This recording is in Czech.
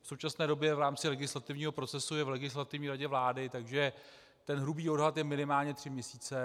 V současné době je v rámci legislativního procesu v Legislativní radě vlády, takže hrubý odhad je minimálně tři měsíce.